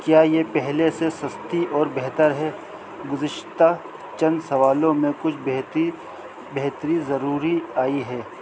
کیا یہ پہلے سے سستی اور بہتر ہے گزشتہ چند سوالوں میں کچھ بہتری بہتری ضروری آئی ہے